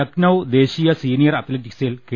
ലക്നൌ ദേശീയ സീനിയർ അത്ലറ്റിക്സിൽ കെ